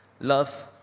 love